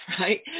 right